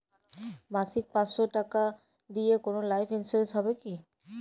মাসিক পাঁচশো টাকা দিয়ে কোনো লাইফ ইন্সুরেন্স হবে কি?